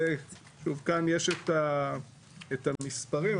יש כאן את המספרים,